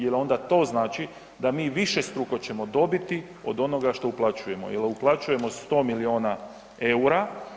Jel onda to znači da mi višestruko ćemo dobiti od onoga što uplaćujemo, jel uplaćujemo 100 milijuna eura.